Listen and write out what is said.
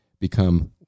become